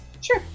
Sure